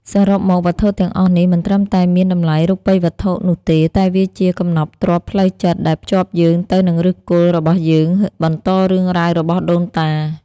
សរុបមក វត្ថុទាំងអស់នេះមិនត្រឹមតែមានតម្លៃរូបិយវត្ថុនោះទេ តែវាជា កំណប់ទ្រព្យផ្លូវចិត្ត ដែលភ្ជាប់យើងទៅនឹងឫសគល់របស់យើង បន្តរឿងរ៉ាវរបស់ដូនតា។